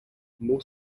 more